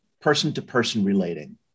person-to-person-relating